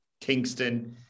Kingston